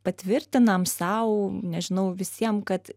patvirtinam sau nežinau visiem kad